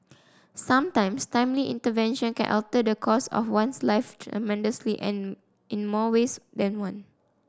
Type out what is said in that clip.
sometimes timely intervention can alter the course of one's life tremendously and in more ways than one